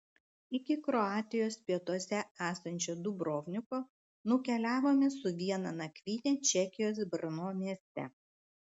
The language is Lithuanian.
iki kroatijos pietuose esančio dubrovniko nukeliavome su viena nakvyne čekijos brno mieste